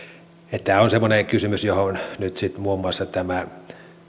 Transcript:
tämä on semmoinen kysymys johon sitten muun muassa tämä